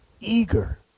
eager